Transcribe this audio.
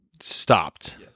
stopped